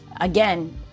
Again